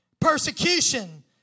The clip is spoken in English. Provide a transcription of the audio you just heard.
persecution